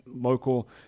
local